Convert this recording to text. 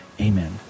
Amen